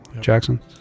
Jackson